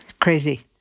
Crazy